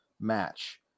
match